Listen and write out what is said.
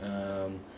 um